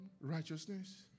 Righteousness